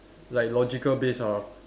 like logical based ah